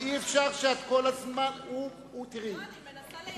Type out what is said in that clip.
אי-אפשר כל הזמן, לא, אני מנסה לייעץ לשר.